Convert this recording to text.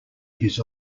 his